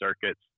circuits